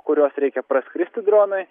kuriuos reikia praskristi dronai